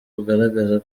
bugaragaza